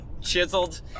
chiseled